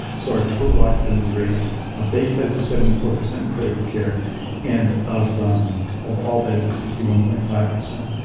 so our total occupancy rate of base beds seventy four per cent in critical care and condition of all beds is fifty one point five per cent.